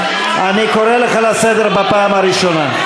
אני קורא אותך לסדר בפעם הראשונה.